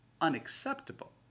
unacceptable